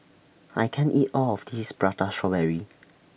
I can't eat All of This Prata Strawberry